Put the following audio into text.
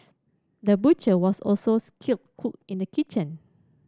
the butcher was also skilled cook in the kitchen